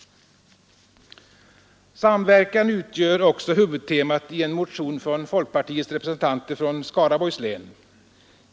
Samverkan utgör också huvudtemat i en motion av folkpartiets representanter från Skaraborgs län.